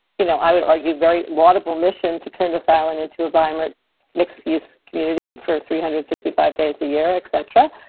you know i would argue very logical mission to turn this island into a vibrant mixed use community for three hundred and sixty five days a year etc.